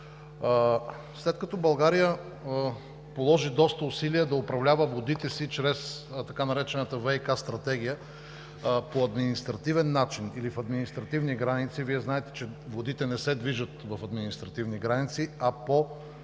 След като България положи доста усилия да управлява водите си чрез така наречената ВиК стратегия по административен начин или в административни граници – Вие знаете, че водите не се движат в административни граници, а по позиционирането